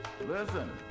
Listen